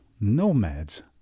Nomads